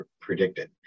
predicted